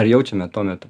ar jaučiame tuo metu